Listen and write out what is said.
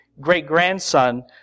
great-grandson